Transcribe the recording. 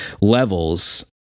levels